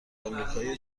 آمریکای